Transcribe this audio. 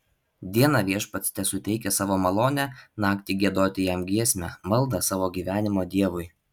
dieną viešpats tesuteikia savo malonę naktį giedoti jam giesmę maldą savo gyvenimo dievui